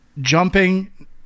jumping